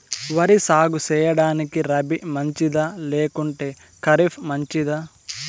వరి సాగు సేయడానికి రబి మంచిదా లేకుంటే ఖరీఫ్ మంచిదా